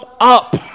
up